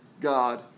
God